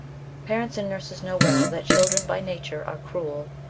parents and nurses know well that children by nature are cruel,